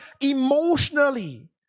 Emotionally